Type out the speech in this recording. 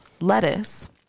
lettuce